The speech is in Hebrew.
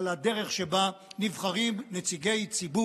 אין לתאר, באמת אין לתאר.